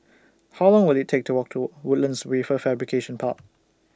How Long Will IT Take to Walk to Woodlands Wafer Fabrication Park